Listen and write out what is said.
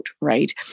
right